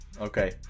Okay